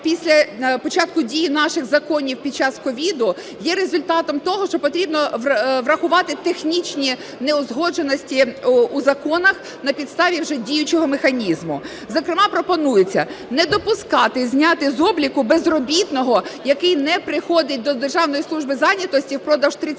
з початку дії наших законів під час COVID, є результатом того, що потрібно врахувати технічні неузгодженості у законах на підставі вже діючого механізму. Зокрема, пропонується не допускати зняти з обліку безробітного, який не приходить до Державної служби занятості впродовж 30